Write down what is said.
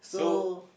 so